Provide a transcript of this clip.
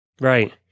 Right